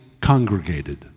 congregated